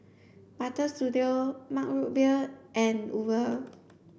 Butter Studio Mug Root Beer and Uber